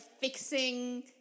fixing